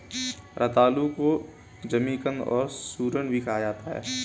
रतालू को जमीकंद और सूरन भी कहा जाता है